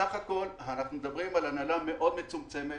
אנחנו מדברים בסך הכול על הנהלה מאוד מצומצמת.